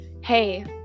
hey